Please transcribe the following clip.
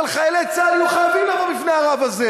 אבל חיילי צה"ל יהיו חייבים לבוא בפני הרב הזה,